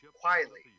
quietly